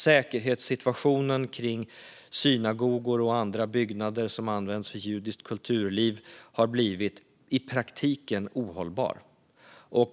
Säkerhetssituationen kring synagogor och andra byggnader som används för judiskt kulturliv har blivit i praktiken ohållbar.